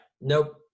nope